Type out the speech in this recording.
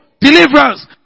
deliverance